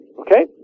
Okay